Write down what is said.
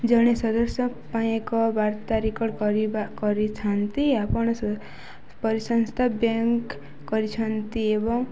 ଜଣେ ସଦସ୍ୟ ପାଇଁ ଏକ ବାର୍ତ୍ତା ରେକର୍ଡ କରିବା କରିଥାନ୍ତି ଆପଣ ପରିସଂସ୍ଥା ବ୍ୟାଙ୍କ କରିଛନ୍ତି ଏବଂ